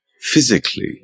Physically